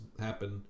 happen